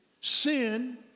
sin